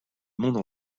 monde